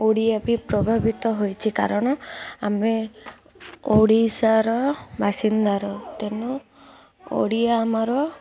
ଓଡ଼ିଆ ବି ପ୍ରଭାବିତ ହୋଇଛି କାରଣ ଆମେ ଓଡ଼ିଶାର ବାସିନ୍ଦାର ତେଣୁ ଓଡ଼ିଆ ଆମର